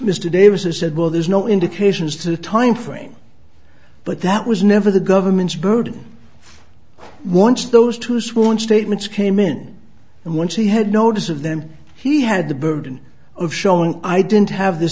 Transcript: mr davis said well there's no indications to the timeframe but that was never the government's burden once those two sworn statements came in and once he had notice of them he had the burden of showing i didn't have the